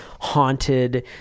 haunted